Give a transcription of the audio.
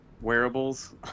wearables